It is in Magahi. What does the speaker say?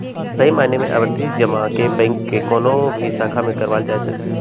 सही मायने में आवर्ती जमा के बैंक के कौनो भी शाखा से करावल जा सका हई